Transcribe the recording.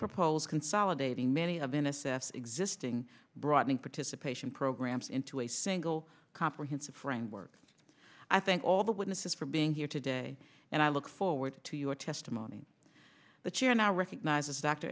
propose consolidating many of in assess existing broadening participation programs into a single comprehensive framework i think all the witnesses for being here today and i look forward to your testimony but you're now recognizes d